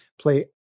play